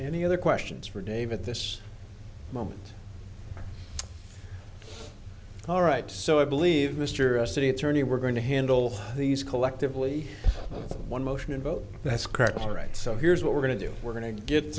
the other questions for dave at this moment all right so i believe mr a city attorney we're going to handle these collectively one motion and vote that's correct all right so here's what we're going to do we're going to get